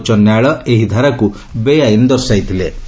ସର୍ବୋଚ ନ୍ୟାୟାଳୟ ଏହି ଧାରାକୁ ବେଆଇନ ଦର୍ଶାଇଥିଲେ